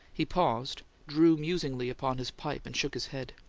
he paused, drew musingly upon his pipe, and shook his head.